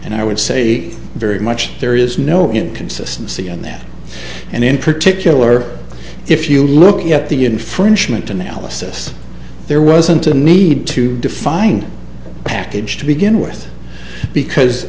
and i would say very much there is no inconsistency in that and in particular if you look at the infringement analysis there wasn't a need to define package to begin with because